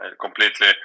completely